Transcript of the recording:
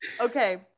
okay